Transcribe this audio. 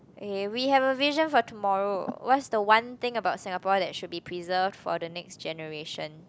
eh we have a vision for tomorrow what's the one thing about Singapore that should be preserved for the next generation